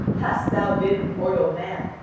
hadst thou been a mortal man,